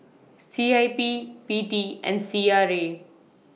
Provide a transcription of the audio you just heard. C I P P T and C R A